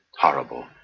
Horrible